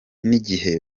n’igihe